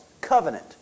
Covenant